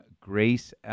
Grace